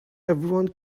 everyone